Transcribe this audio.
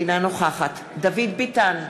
אינה נוכחת דוד ביטן,